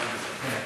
בבקשה, אדוני.